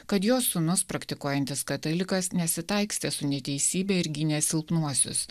kad jo sūnus praktikuojantis katalikas nesitaikstė su neteisybe ir gynė silpnuosius